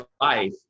life